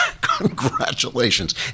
Congratulations